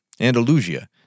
Andalusia